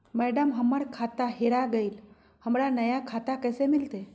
madam, हमर खाता हेरा गेलई, हमरा नया खाता कैसे मिलते